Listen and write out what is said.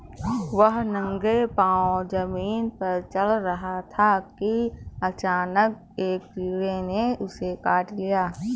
वह नंगे पांव जमीन पर चल रहा था कि अचानक एक कीड़े ने उसे काट लिया